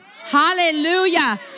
Hallelujah